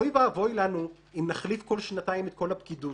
אוי ואבוי לנו אם נחליף כל שנתיים את כל הפקידות.